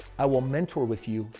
i will mentor with you.